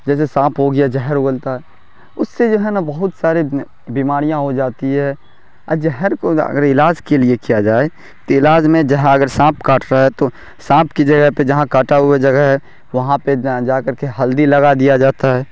جیسے سانپ ہو گیا زہر اگلتا ہے اس سے جو ہے نا بہت سارے بیماریاں ہو جاتی ہیں اور جہر کو اگر اگر علاج کے لیے کیا جائے تو علاج میں جہاں اگر سانپ کاٹ رہا ہے تو سانپ کی جگہ پہ جہاں کاٹا ہوا جگہ ہے وہاں پہ جا کر کے ہلدی لگا دیا جاتا ہے